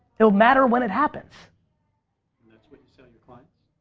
it'll matter when it happens. and that's what you sell your clients?